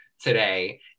today